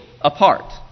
apart